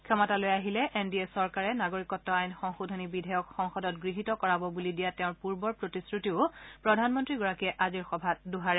ক্ষমতালৈ আহিলে N D A চৰকাৰে নাগৰিকত্ব আইন সংশোধনী বিধেয়ক সংসদত গৃহীত কৰাব বুলি দিয়া তেওঁৰ পূৰ্বৰ প্ৰতিশ্ৰুতিও প্ৰধানমন্ত্ৰীগৰাকীয়ে আজিৰ সভাত দোহাৰে